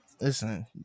listen